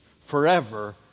forever